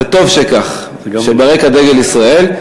וטוב שכך, כשברקע דגל ישראל.